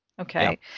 okay